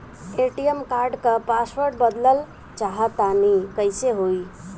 ATM card क password बदलल चाहा तानि कइसे होई?